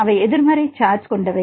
அவை எதிர்மறை சார்ஜ் கொண்டவை